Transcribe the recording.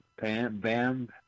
Bam